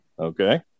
Okay